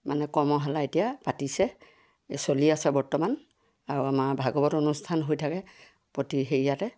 মানে কৰ্মশালা এতিয়া পাতিছে এই চলি আছে বৰ্তমান আৰু আমাৰ ভাগৱত অনুষ্ঠান হৈ থাকে প্ৰতি হেৰিয়াতে